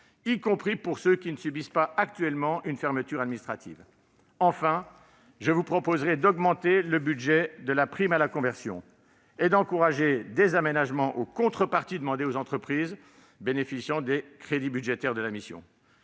y compris pour ceux qui ne subissent pas actuellement une fermeture administrative. Enfin, je vous proposerai d'augmenter le budget de la prime à la conversion et d'apporter des aménagements aux contreparties demandées aux entreprises bénéficiant des crédits de la mission.